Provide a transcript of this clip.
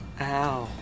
Ow